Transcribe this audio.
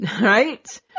Right